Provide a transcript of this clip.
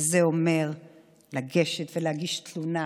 וזה אומר לגשת ולהגיש תלונה.